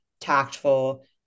tactful